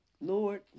Lord